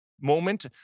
moment